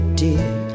dear